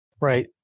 Right